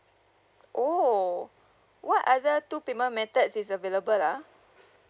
oh what other two payment methods is available ah